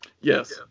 Yes